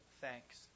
thanks